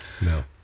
No